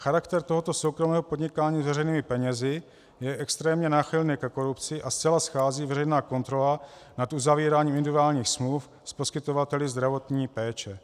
Charakter tohoto soukromého podnikání s veřejnými penězi je extrémně náchylný ke korupci a zcela schází veřejná kontrola nad uzavíráním individuálních smluv s poskytovateli zdravotní péče.